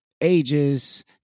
ages